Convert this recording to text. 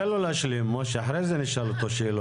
תן לו להשלים, משה, אחרי זה נשאל אותו שאלות.